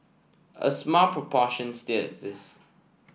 a small proportion still exists